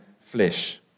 flesh